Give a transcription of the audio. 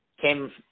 came